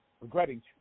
regretting